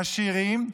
עשירים,